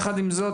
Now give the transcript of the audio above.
עם זאת,